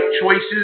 choices